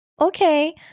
Okay